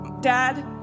Dad